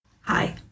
Hi